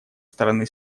стороны